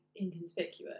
inconspicuous